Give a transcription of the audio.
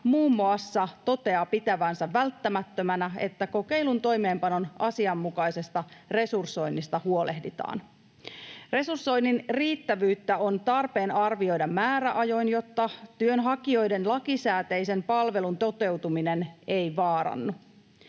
muun muassa toteaa pitävänsä välttämättömänä, että kokeilun toimeenpanon asianmukaisesta resursoinnista huolehditaan. Resursoinnin riittävyyttä on tarpeen arvioida määräajoin, jotta työnhakijoiden lakisääteisen palvelun toteutuminen ei vaarannu.